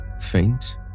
faint